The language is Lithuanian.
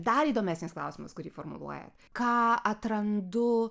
dar įdomesnis klausimas kurį formuluoja ką atrandu